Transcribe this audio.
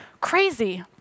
Crazy